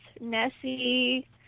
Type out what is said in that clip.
Nessie